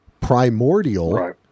primordial